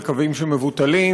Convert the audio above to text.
על קווים שמבוטלים,